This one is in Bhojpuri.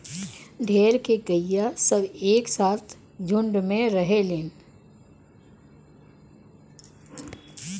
ढेर के गइया सब एक साथे झुण्ड में रहलीन